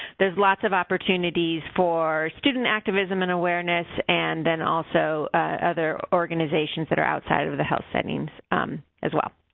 there's lots of opportunities for student activism and awareness and then also other organizations that are outside of the health settings as well.